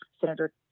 Senator